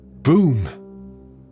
Boom